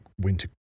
winter